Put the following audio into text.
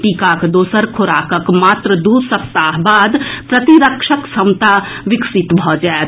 टीकाक दोसर खोराकक मात्र दू सप्ताह बाद प्रतिरक्षक क्षमता विकसित भऽ जाएत